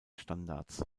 standards